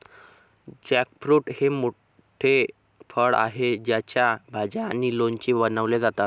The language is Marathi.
जॅकफ्रूट हे एक मोठे फळ आहे ज्याच्या भाज्या आणि लोणचे बनवले जातात